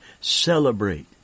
celebrate